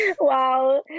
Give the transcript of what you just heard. Wow